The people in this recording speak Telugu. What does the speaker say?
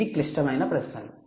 ఇవి క్లిష్టమైన ప్రశ్నలు